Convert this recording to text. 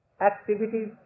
activities